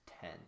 ten